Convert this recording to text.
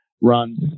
runs